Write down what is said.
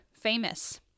famous